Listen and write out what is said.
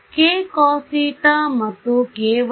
k cos θ ಮತ್ತು kyksinθ